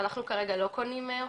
ואנחנו כרגע לא קונים עופות,